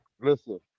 Listen